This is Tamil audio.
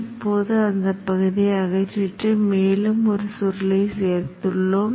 இப்போது சுற்றுவட்டத்தின் மற்ற பகுதிகளின் அலை வடிவங்களின் மேலும் சில அம்சங்களை ஆராய்வதற்கு முன்